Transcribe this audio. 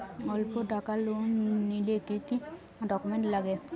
অল্প টাকার লোন নিলে কি কি ডকুমেন্ট লাগে?